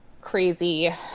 crazy